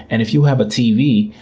and if you have a tv,